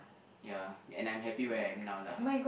ya and I'm happy where I am now lah